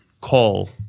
call